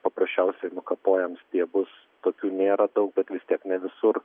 paprasčiausiai nukapojam stiebus tokių nėra daug bet vis tiek ne visur